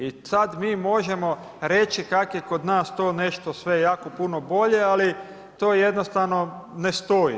I sad mi možemo reći kako je kod nas to nešto sve jako puno bolje ali to jednostavno ne stoji.